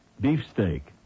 beefsteak